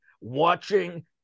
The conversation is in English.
watching